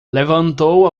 levantou